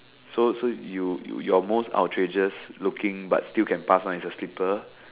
so so you you your most outrageous looking but still can pass one is your slipper